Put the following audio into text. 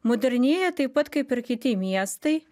modernėja taip pat kaip ir kiti miestai